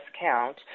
count